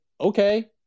okay